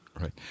Right